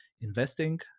investing